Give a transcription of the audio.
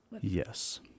Yes